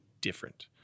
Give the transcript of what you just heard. different